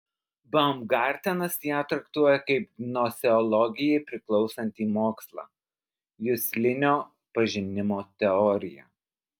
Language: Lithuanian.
baumgartenas ją traktuoja kaip gnoseologijai priklausantį mokslą juslinio pažinimo teoriją